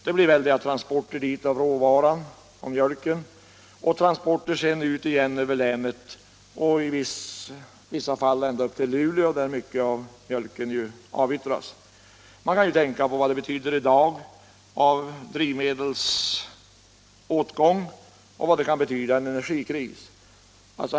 Det blir väldiga transporter dit av råvaran — mjölken — och sedan — kommun transporter ut över länet och i vissa fall ända upp till Luleå, där mycket av mjölken avyttras. Man kan tänka på vad det betyder i dag när det gäller drivmedelsåtgång och vad det kan betyda i en energikris.